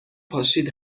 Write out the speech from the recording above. پاشید